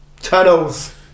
Tunnels